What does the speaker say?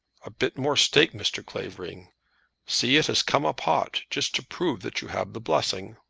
a bit more steak, mr. clavering see, it has come up hot, just to prove that you have the blessing.